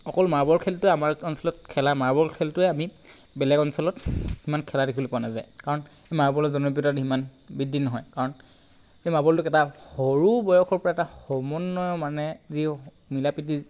অকল মাৰ্বল খেলটোৱে আমাৰ অঞ্চলত খেলা মাৰ্বল খেলটোৱে আমি বেলেগ অঞ্চলত ইমান খেলা দেখিবলৈ পোৱা নাযায় কাৰণ মাৰ্বলৰ জনপ্ৰিয়তাটো ইমান বৃদ্ধি নহয় কাৰণ এই মাৰ্বলটোক এটা সৰু বয়সৰ পৰা সমন্বয়ৰ মানে যি মিলা প্ৰীতি